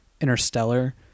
Interstellar